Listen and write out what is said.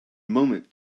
moment